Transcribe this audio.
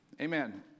Amen